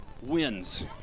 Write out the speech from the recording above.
wins